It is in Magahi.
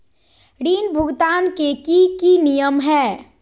ऋण भुगतान के की की नियम है?